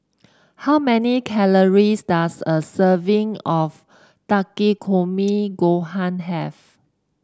how many calories does a serving of Takikomi Gohan have